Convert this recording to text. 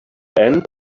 end